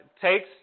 takes